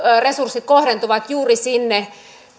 resurssit kohdentuvat juuri sinne